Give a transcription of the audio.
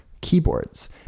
keyboards